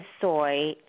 soy